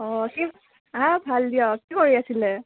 অঁ কি হা ভাল দিয়ক কি কৰি আছিলে